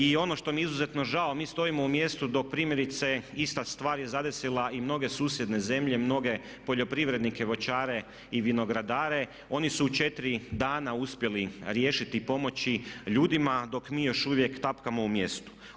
I ono što mi je izuzetno žao mi stojimo u mjestu dok primjerice ista stvar je zadesila i mnoge susjedne zemlje, mnoge poljoprivrednike, voćare i vinogradare, oni su u 4 dana uspjeli riješiti i pomoći ljudima, dok mi još uvijek tapkamo u mjestu.